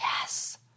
Yes